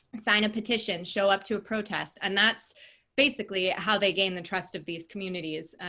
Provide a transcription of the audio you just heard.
sign a petition, show up to a protest. and that's basically how they gain the trust of these communities.